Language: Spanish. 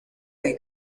del